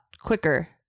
quicker